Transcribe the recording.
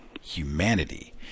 humanity